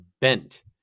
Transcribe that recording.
bent